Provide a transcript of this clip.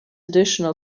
additional